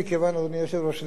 אדוני היושב-ראש,